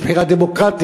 יש בחירה דמוקרטית,